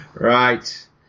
Right